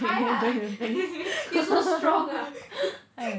you try ah you so strong ah